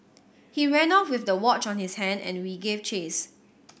he ran off with the watch on his hand and we gave chase